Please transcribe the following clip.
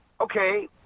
okay